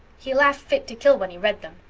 he laughed fit to kill when he read them.